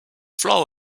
flow